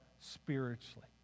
spiritually